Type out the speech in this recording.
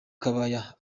kabaya